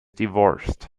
divorced